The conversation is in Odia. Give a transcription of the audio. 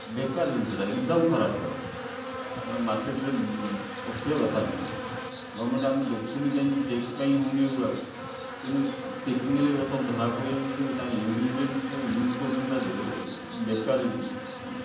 ବେକାର ଜିନିଷଟା ଏକ୍ଦମ୍ ଖରାପ ପ୍ରଡ଼କ୍ଟ୍ ଏଇଟା ମାର୍କେଟ୍ରେ ପଶିବା କଥା ନୁହଁ ଗଭର୍ଣ୍ଣମେଣ୍ଟ୍ ତାଙ୍କୁ ଦେଖୁନି କାହିଁକି ଚେକ୍ କାଇଁ ହେଉନି ଏଗୁଡ଼ାକ କିନ୍ତୁ ଚେକିଙ୍ଗ୍ ହେଲେ ଏଗୁଡ଼ା ସବୁ ଧରା ପଡ଼ିବ ତାଙ୍କ ଇନ୍ଗ୍ରିଡ଼ିଏଣ୍ଟ୍ସ୍ ଯେଉଁ ୟୁଜ୍ କରୁଛନ୍ତି ତା ଦେହରେ ବେକାରୀ